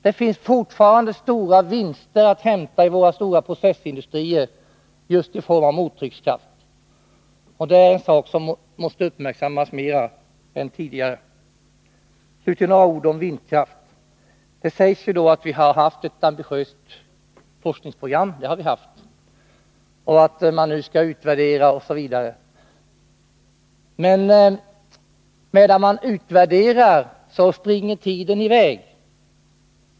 Det finns fortfarande stora vinster att hämta i våra stora processindustrier just i fråga om mottryckskraft, och det är en sak som måste uppmärksammas mer än tidigare. Slutligen några ord om vindkraft. Det sägs att vi har haft ett ambitiöst forskningsprogram — och det har vi haft —, att man nu skall utvärdera osv. Men medan man utvärderar springer tiden i väg!